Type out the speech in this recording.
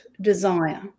desire